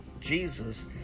Jesus